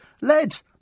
led